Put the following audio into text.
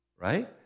right